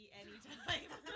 anytime